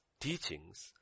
teachings